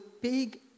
big